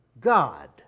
God